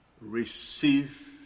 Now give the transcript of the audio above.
Receive